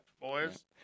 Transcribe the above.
boys